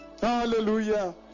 Hallelujah